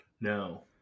No